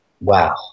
Wow